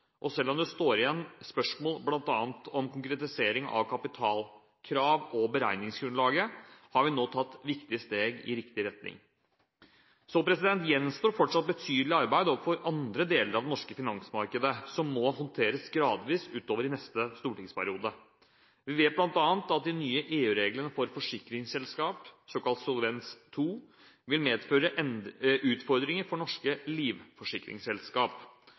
Og selv om det står igjen spørsmål bl.a. om konkretisering av kapitalkrav og beregningsgrunnlaget, har vi nå tatt viktige steg i riktig retning. Så gjenstår det fortsatt betydelig arbeid overfor andre deler av det norske finansmarkedet. Dette må håndteres gradvis utover i neste stortingsperiode. Vi vet bl.a. at de nye EU-reglene for forsikringsselskap – såkalt Solvens II – vil medføre utfordringer for norske